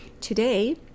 Today